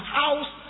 house